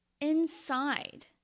inside